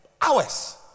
hours